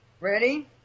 Ready